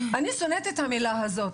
אני שונאת את המילה הזאת,